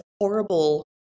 horrible